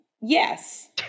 yes